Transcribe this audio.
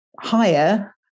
higher